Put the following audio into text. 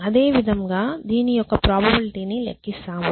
అదే విధంగా దీని యొక్క ప్రాబబిలిటీ ని లెక్కిస్తాము